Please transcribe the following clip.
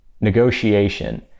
negotiation